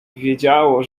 wiedziało